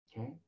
okay